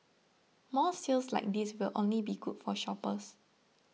more sales like these will only be good for shoppers